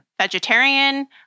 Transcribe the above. vegetarian